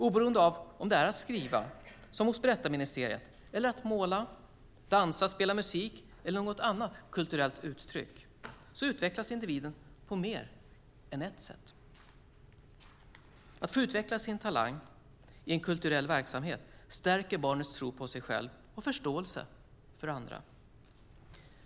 Oberoende av om det handlar om att skriva, som hos Berättarministeriet, eller om att måla, dansa, spela musik eller något annat kulturellt uttryck utvecklas individen på mer än ett sätt. Att få utveckla sin talang i en kulturell verksamhet stärker barnets tro på sig själv och förståelse för andra.